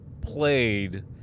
played